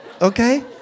Okay